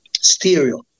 Stereo